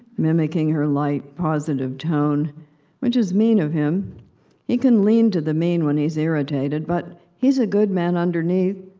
mimicking her light, positive tone which is mean of him he can lean to the mean when he's irritated, but he's a good man underneath.